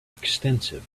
extensive